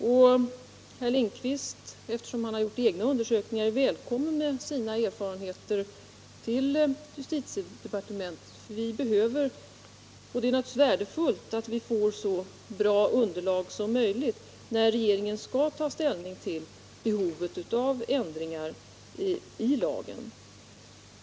Eftersom herr Lindkvist gjort egna undersökningar är herr Lindkvist välkommen med sina erfarenheter till justitiedepartementet — det är naturligtvis värdefullt att vi har så bra underlag som möjligt när regeringen tar ställning till behovet av ändringar i lagen.